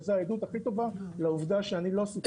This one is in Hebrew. וזה העדות הכי טובה לעובדה שאני לא סיכון אשראי.